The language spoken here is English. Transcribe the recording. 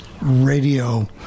radio